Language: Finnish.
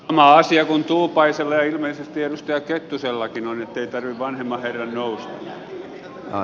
sama asia kuin tuupaisella ja ilmeisesti edustaja kettusellakin on ettei tarvitse vanhemman herran nousta